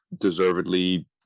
deservedly